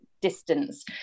distance